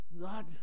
God